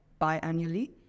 biannually